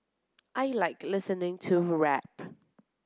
I like listening to rap